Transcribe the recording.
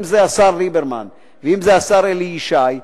אם השר ליברמן ואם השר אלי ישי,